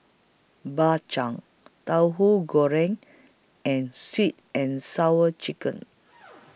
Bak Chang Tauhu Goreng and Sweet and Sour Chicken